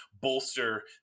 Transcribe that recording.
bolster